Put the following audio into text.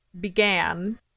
began